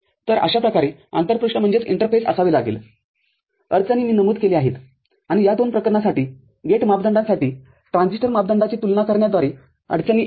तर अशा प्रकारे आंतरपृष्ठ असावे लागेल अडचणी मी नमूद केल्या आहेत आणि या दोन प्रकरणांसाठी गेटमापदंडांसाठी ट्रान्झिस्टर मापदंडांचीतुलना करण्याद्वारे अडचणी येत आहेत